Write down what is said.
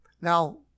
Now